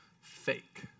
fake